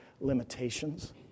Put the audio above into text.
limitations